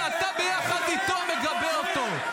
ואתה מגבה אותו ביחד איתו.